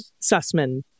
Sussman